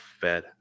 fed